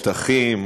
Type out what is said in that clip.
שטחים,